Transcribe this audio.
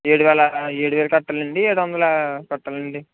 ఏడు వేలా ఏడు వేలు కట్టాలా అండి ఏడు వందలు కట్టాలా అండి